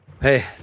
Hey